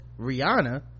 rihanna